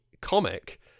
comic